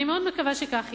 אני מאוד מקווה שכך יהיה.